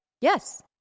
yes